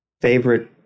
Favorite